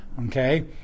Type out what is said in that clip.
Okay